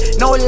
no